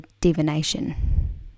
divination